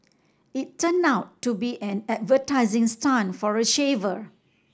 it turned out to be an advertising stunt for a shaver